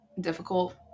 difficult